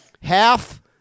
half